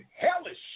hellish